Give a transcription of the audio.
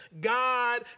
God